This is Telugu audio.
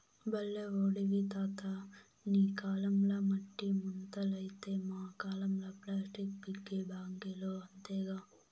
బల్లే ఓడివి తాతా నీ కాలంల మట్టి ముంతలైతే మా కాలంల ప్లాస్టిక్ పిగ్గీ బాంకీలు అంతేగా